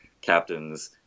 captains